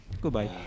Goodbye